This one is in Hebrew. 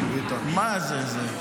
מה זה?